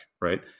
right